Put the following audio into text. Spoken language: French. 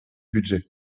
budget